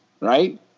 right